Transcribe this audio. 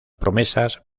promesas